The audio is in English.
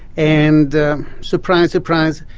and surprise, surprise,